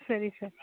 ಸರಿ ಸರ್